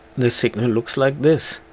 the signal looks like this.